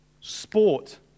sport